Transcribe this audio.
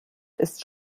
ist